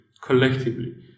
collectively